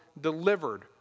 delivered